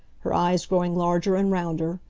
her eyes growing larger and rounder,